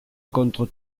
contre